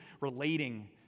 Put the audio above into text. relating